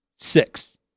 Six